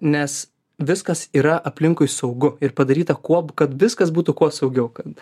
nes viskas yra aplinkui saugu ir padaryta kuob kad viskas būtų kuo saugiau kad